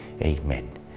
Amen